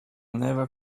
never